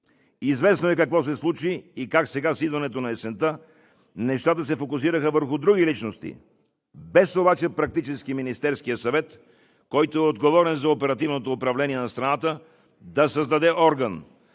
Известно е какво се случи. Сега с идването на есента нещата се фокусираха върху други личности – без обаче практически Министерският съвет, който е отговорен за оперативното управление на страната, да създаде орган,